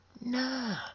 Nah